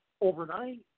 overnight